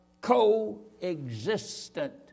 coexistent